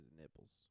nipples